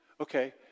Okay